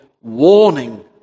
warning